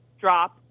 drop